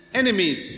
enemies